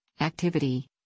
activity